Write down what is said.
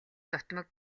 дутмаг